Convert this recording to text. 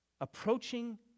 approaching